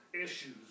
issues